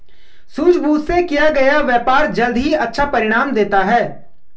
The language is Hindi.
सूझबूझ से किया गया व्यापार जल्द ही अच्छा परिणाम देता है